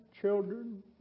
children